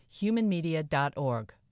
humanmedia.org